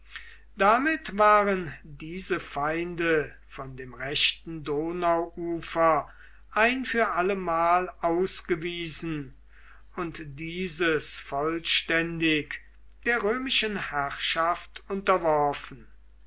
damit waren diese feinde von dem rechten donauufer ein für allemal ausgewiesen und dieses vollständig der römischen herrschaft unterworfen